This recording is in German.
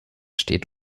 steht